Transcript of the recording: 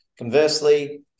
Conversely